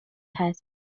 has